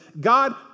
God